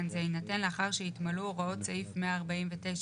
זה יינתן לאחר שהתמלאו הוראות סעיף 149(א),